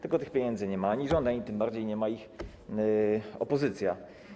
Tylko tych pieniędzy nie ma ani rząd, ani tym bardziej nie ma ich opozycja.